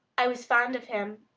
i was fond of him.